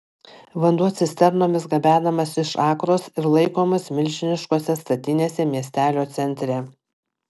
vanduo cisternomis gabenamas iš akros ir laikomas milžiniškose statinėse miestelio centre